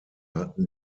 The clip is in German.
hatten